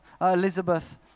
elizabeth